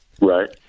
Right